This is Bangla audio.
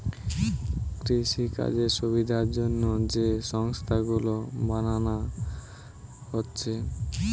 কৃষিকাজের সুবিধার জন্যে যে সংস্থা গুলো বানানা হচ্ছে